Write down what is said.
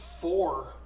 Four